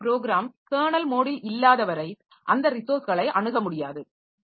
எனவே ஒரு program kernel மோடில் இல்லாத வரை அந்த ரிசோர்ஸ்களை அணுக முடியாது